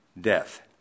death